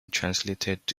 translated